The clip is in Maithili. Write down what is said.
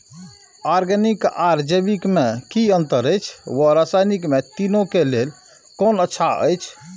ऑरगेनिक आर जैविक में कि अंतर अछि व रसायनिक में तीनो क लेल कोन अच्छा अछि?